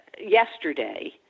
yesterday